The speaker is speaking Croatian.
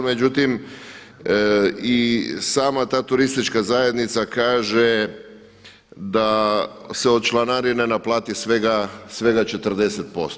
Međutim i sama ta turistička zajednica kaže da se od članarine naplati svega 40%